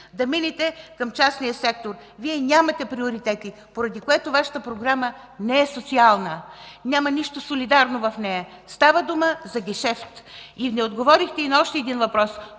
да минете към частния сектор. Вие нямате приоритети, поради което Вашата програма не е социална. Няма нищо солидарно в нея. Става дума за гешефт. Не отговорихте и на още един въпрос